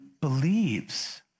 believes